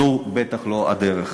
זו בטח לא הדרך,